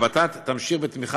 הוועדה לתכנון ולתקצוב תמשיך בתמיכה